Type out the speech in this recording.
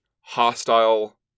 hostile